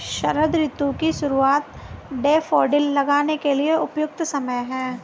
शरद ऋतु की शुरुआत डैफोडिल लगाने के लिए उपयुक्त समय है